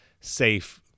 safe